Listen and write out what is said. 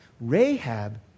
Rahab